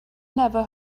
never